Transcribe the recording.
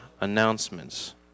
announcements